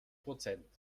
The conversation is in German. prozent